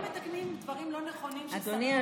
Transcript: אבל איך מתקנים דברים לא נכונים ששרים אומרים מעל הבמה?